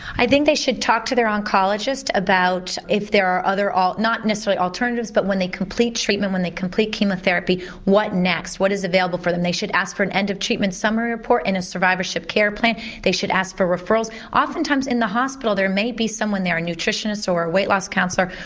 i think they should talk to their oncologist about it if there are other, not necessarily alternatives, but when they complete treatment, when they complete chemotherapy what next, what is available for them. they should ask for an end-of-treatment summary report and a survivorship care plan, they should ask for referrals. oftentimes in the hospital there may be someone there, a nutritionist, or a weight loss counsellor,